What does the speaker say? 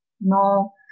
No